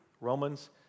Romans